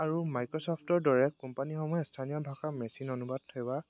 আৰু মাইক্ৰছফ্টৰ দৰে কোম্পানীসমূহে স্থানীয় ভাষা মেচিন অনুবাদ সেৱা